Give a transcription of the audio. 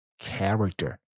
character